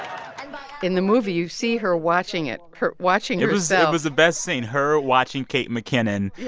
in the movie, you see her watching it her watching herself. it was the best scene her watching kate mckinnon.